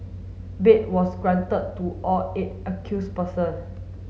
bail was granted to all eight accused person